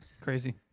Crazy